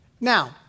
now